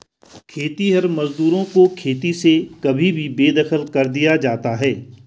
खेतिहर मजदूरों को खेती से कभी भी बेदखल कर दिया जाता है